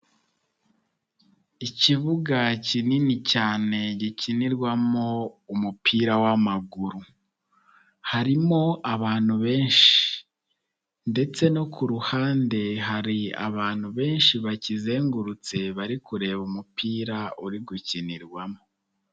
Ikibuga kinini cyane gikinirwamo umupira w'amaguru. Harimo abantu benshi ndetse no ku ruhande hari abantu benshi bakizengurutse bari kureba umupira uri gukinirwamo.